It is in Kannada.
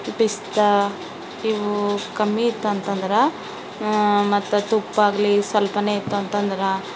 ಪಿಸ್ತಾ ಇವು ಕಮ್ಮಿ ಇತ್ತಂತಂದ್ರೆ ಮತ್ತು ತುಪ್ಪಾಗ್ಲಿ ಸ್ವಲ್ಪಾನೇ ಇತ್ತು ಅಂತಂದ್ರೆ